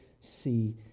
see